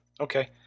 Okay